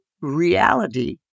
reality